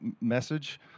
message